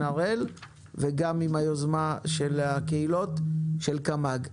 הראל וגם עם היוזמה של הקהילות של קמ"ג.